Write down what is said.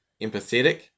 empathetic